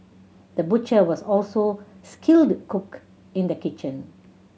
the butcher was also skilled cook in the kitchen